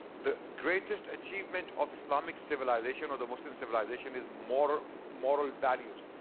the greatest achievement of islamic civilization or the muslim civilization is moral moral values.